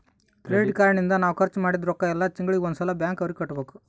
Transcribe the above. credit card ನಿಂದ ನಾವ್ ಖರ್ಚ ಮದಿದ್ದ್ ರೊಕ್ಕ ಯೆಲ್ಲ ತಿಂಗಳಿಗೆ ಒಂದ್ ಸಲ ಬ್ಯಾಂಕ್ ಅವರಿಗೆ ಕಟ್ಬೆಕು